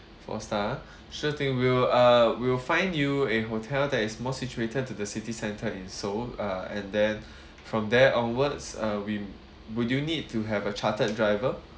four star ah sure thing we'll uh we'll find you a hotel that is most situated to the city center in so uh and then from there onwards uh will would you need to have a chartered driver